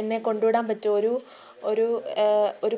എന്നെ കൊണ്ടുവിടാന് പറ്റുമോ ഒരു ഒരു ഒരു